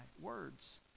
words